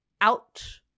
out